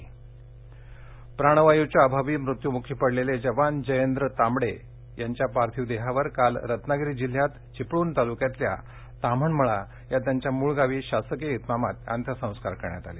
रवागिरी प्राणवायूच्या अभावी मृत्यूमुखी पडलेले जवान जयेंद्र तांबडे यांच्या पार्थिव देहावर काल रत्नागिरी जिल्ह्यात चिपळण तालुक्यातल्या ताम्हणमळा या त्यांच्या मूळ गावी शासकीय इतमामात अंत्यसंस्कार करण्यात आले